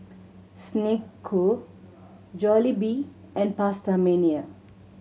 Snek Ku Jollibee and PastaMania